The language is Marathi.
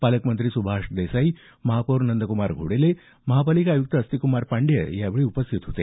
पालकमंत्री सुभाष देसाई महापौर नंद्कुमार घोडेले महापालिका आयुक्त अस्तिकक्मार पाण्डेय यावेळी उपस्थित होते